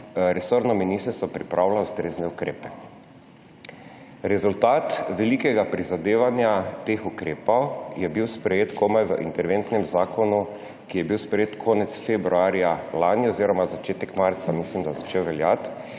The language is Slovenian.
resorno ministrstvo pripravlja ustrezne ukrepe. Rezultat velikega prizadevanja teh ukrepov je bil sprejet komaj v interventnem zakonu, ki je bil sprejet konec februarja lani, mislim, da je začel veljati